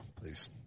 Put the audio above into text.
please